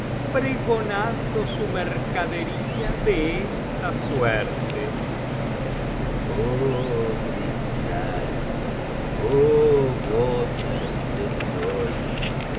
pregonando su mercadería de esta suerte oh cristal oh gotas de solí